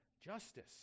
justice